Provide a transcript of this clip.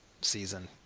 season